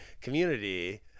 community